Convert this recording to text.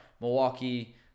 Milwaukee